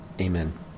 amen